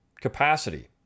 capacity